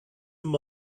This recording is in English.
them